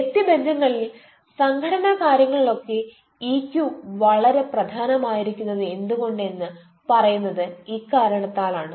വ്യക്തിബന്ധങ്ങളിൽ സംഘടന കാര്യങ്ങളിൽ ഒക്കെ ഇക്യു വൈകാരിക ബോധം വളരെ പ്രധാനമായിരിക്കുന്നത് എന്തുകൊണ്ട് എന്ന് പറയുന്നത് ഇക്കാരണത്താൽ ആണ്